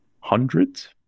hundreds